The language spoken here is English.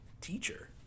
teacher